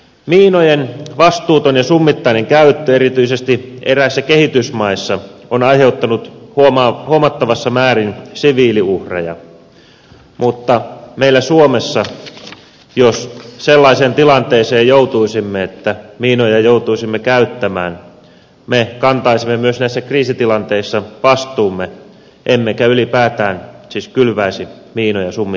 miinojen vastuuton ja summittainen käyttö erityisesti eräissä kehitysmaissa on aiheuttanut huomattavassa määrin siviiliuhreja mutta suomessa jos sellaiseen tilanteeseen joutuisimme että miinoja joutuisimme käyttämään me kantaisimme myös näissä kriisitilanteissa vastuumme emmekä siis ylipäätään kylväisi miinoja summittaisesti